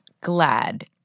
glad